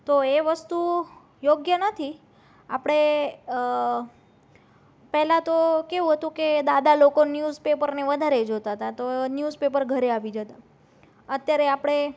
તો એ વસ્તુ યોગ્ય નથી આપણે પહેલાં તો કેવું હતું કે દાદા લોકો ન્યૂઝ પેપરને વધારે જોતાં તા તો ન્યૂઝ પેપર ઘરે આવી જતાં અત્યારે આપણે